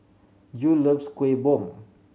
Jule loves Kuih Bom